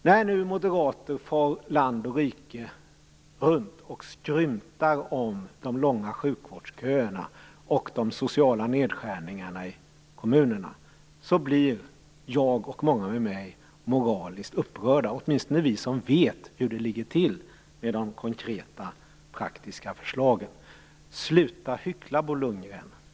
När nu moderater far land och rike runt och skrymtar om de långa sjukvårdsköerna och de sociala nedskärningarna i kommunerna blir jag och många med mig moraliskt upprörda, åtminstone vi som vet hur det ligger till med de konkreta, praktiska förslagen. Sluta hyckla, Bo Lundgren!